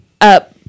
Up